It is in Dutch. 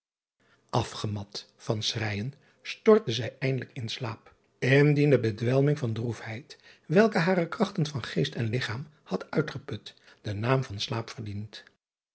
fgemat van schreijen stortte zij eindelijk in slaap indien de bedwelming van droefheid welke hare krachten van geest en ligchaam had uitgeput den naam van slaap verdient